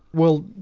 well,